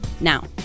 Now